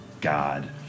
God